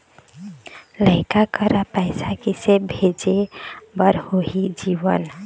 लइका करा पैसा किसे भेजे बार होही जीवन